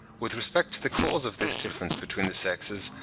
with respect to the cause of this difference between the sexes,